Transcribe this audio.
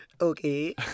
okay